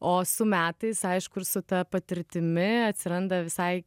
o su metais aišku ir su ta patirtimi atsiranda visai